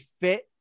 fit